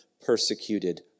persecuted